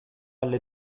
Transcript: alle